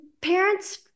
parents